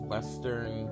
Western